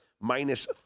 minus